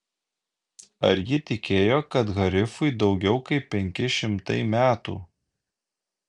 ar ji tikėjo kad harifui daugiau kaip penki šimtai metų